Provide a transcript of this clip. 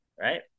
right